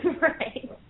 Right